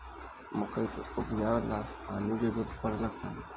मकई के उपजाव ला पानी के जरूरत परेला का?